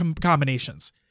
combinations